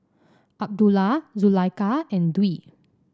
Abdullah Zulaikha and Dwi